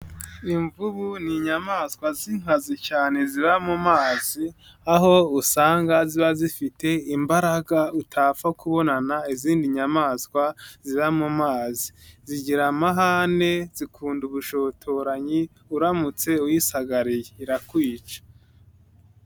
Imvubu ni inyamaswa z'inkazi cyane ziba mu mazi. Aho usanga ziba zifite imbaraga utapfa kubonana izindi nyamaswa, ziba mu mazi. Zigira amahane, zikunda ubushotoranyi, uramutse uyisagariye irakwica.